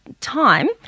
time